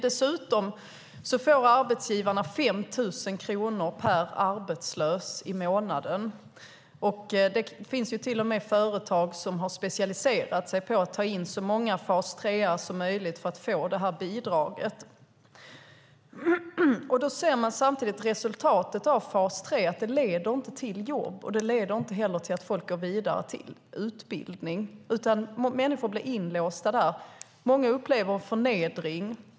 Dessutom får arbetsgivarna 5 000 kronor per arbetslös i månaden, och det finns till och med företag som har specialiserat sig på att ta in så många fas 3:are som möjligt för att få detta bidrag. Då ser vi samtidigt att resultatet av fas 3 är att det inte leder till jobb och inte heller till att folk går vidare till utbildning, utan människor blir inlåsta där. Många upplever en förnedring.